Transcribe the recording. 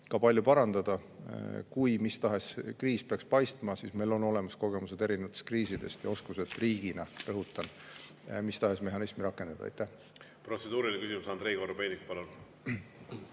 ka palju parandada. Kui mis tahes kriis peaks paistma, siis meil on olemas kogemused erinevatest kriisidest ja oskused, rõhutan, riigina mis tahes mehhanismi rakendada.